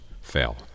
fell